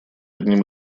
одним